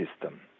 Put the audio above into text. system